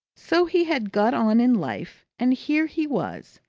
so he had got on in life, and here he was!